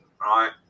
right